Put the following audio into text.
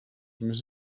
més